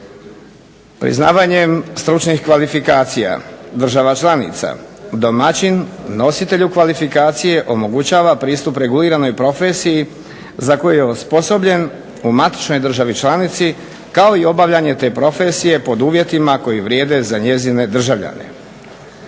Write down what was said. Priznavanjem stručnih kvalifikacija država članica, domaćin nositelju kvalifikacije omogućava pristup reguliranoj profesiji za koju je osposobljen u matičnoj državi članici kao i obavljanje te profesije pod uvjetima koji vrijede za njezine državljane.